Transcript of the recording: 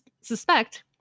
suspect